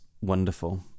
wonderful